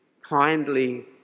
kindly